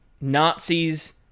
Nazis